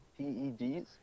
peds